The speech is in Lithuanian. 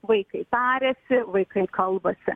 vaikai tariasi vaikai kalbasi